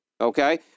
Okay